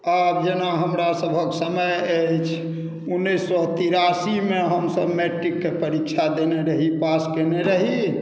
आब जेना हमरा सभक समय अछि उन्नैस सए तिरासीमे हमसभ मैट्रीकके परीक्षा देने रही पास कयने रही